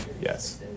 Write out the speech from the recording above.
Yes